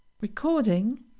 recording